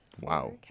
Wow